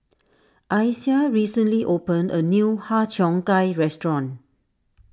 Isiah recently opened a new Har Cheong Gai restaurant